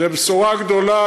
זו בשורה גדולה.